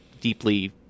deeply